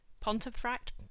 Pontefract